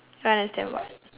don't understand what